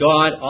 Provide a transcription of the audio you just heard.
God